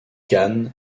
gan